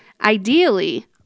Ideally